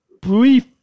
brief